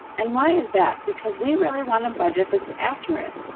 and why is that? because we really want a budget that's accurate.